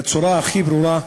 בצורה הכי ברורה.